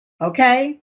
Okay